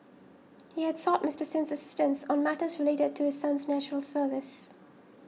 he had sought Mister Sin's assistance on matters related to his son's National Service